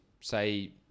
say